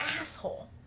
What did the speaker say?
asshole